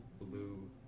blue